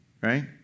Right